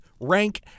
rank